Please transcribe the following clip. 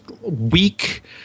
weak